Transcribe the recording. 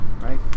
right